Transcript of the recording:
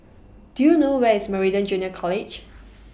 Do YOU know Where IS Meridian Junior College